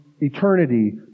eternity